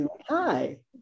Hi